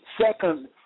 second